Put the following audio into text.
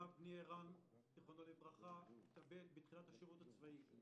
בני ערן ז"ל התאבד בתחילת השירות הצבאי.